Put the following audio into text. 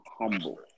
humble